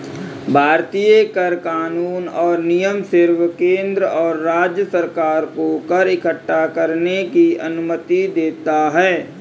भारतीय कर कानून और नियम सिर्फ केंद्र और राज्य सरकार को कर इक्कठा करने की अनुमति देता है